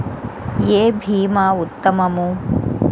ఏ భీమా ఉత్తమము?